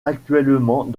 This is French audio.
actuellement